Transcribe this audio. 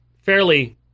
fairly